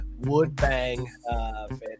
Woodbang